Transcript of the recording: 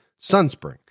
Sunspring